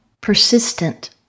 Persistent